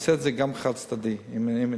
נעשה את זה גם חד-צדדית, אם נצטרך.